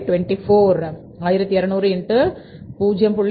1200 X0